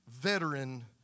veteran